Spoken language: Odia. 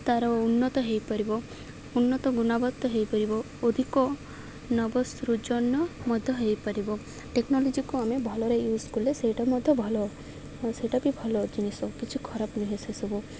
ତା'ର ଉନ୍ନତ ହେଇପାରିବ ଉନ୍ନତ ଗୁଣବତ୍ତା ହେଇପାରିବ ଅଧିକ ନବସୃଜନ ମଧ୍ୟ ହେଇପାରିବ ଟେକ୍ନୋଲୋଜିକୁ ଆମେ ଭଲରେ ୟୁଜ୍ କଲେ ସେଇଟା ମଧ୍ୟ ଭଲ ସେଇଟା ବି ଭଲ ଜିନିଷ କିଛି ଖରାପ ନୁହେଁ ସେସବୁ